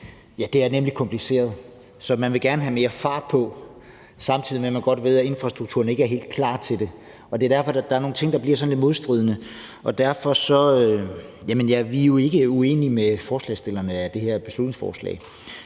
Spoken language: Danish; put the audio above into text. det er nemlig kompliceret. Man vil gerne have mere fart på, samtidig med at man godt ved, at infrastrukturen ikke er helt klar til det, og det er derfor, der er nogle ting, der bliver lidt modstridende. Vi er jo ikke uenige med forslagsstillerne bag det her beslutningsforslag,